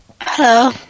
hello